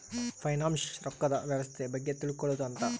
finance ರೊಕ್ಕದ್ ವ್ಯವಸ್ತೆ ಬಗ್ಗೆ ತಿಳ್ಕೊಳೋದು ಅಂತ